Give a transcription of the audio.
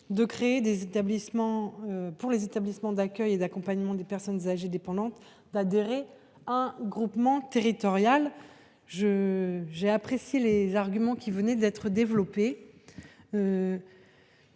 créée pour les établissements d’accueil et d’accompagnement des personnes âgées dépendantes d’adhérer à un groupement territorial. J’ai entendu les arguments qui viennent d’être développés.